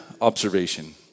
observation